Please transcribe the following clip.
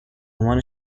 عنوان